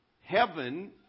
Heaven